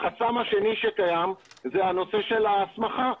החסם השני שקיים הוא נושא ההסמכה.